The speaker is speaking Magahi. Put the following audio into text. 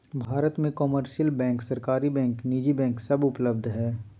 भारत मे कमर्शियल बैंक, सरकारी बैंक, निजी बैंक सब उपलब्ध हय